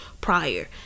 prior